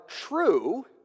true